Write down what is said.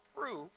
prove